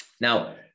Now